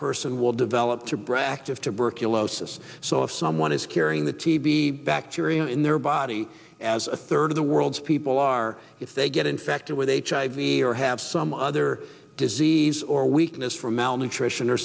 person will develop to bracts of tuberculosis so if someone is carrying the tb bacteria in their body as a third of the world's people are if they get infected with hiv or have some other disease or weakness from well nutrition or